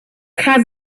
has